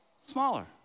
Smaller